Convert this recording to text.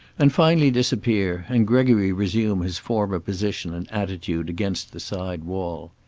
and finally disappear, and gregory resume his former position and attitude against the side wall.